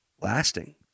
lasting